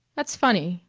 that's funny,